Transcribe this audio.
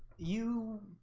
you